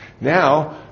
Now